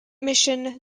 mission